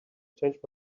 changed